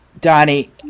Danny